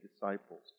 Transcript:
disciples